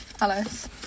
Alice